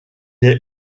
est